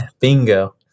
Bingo